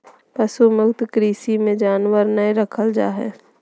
पशु मुक्त कृषि मे जानवर नय रखल जा हय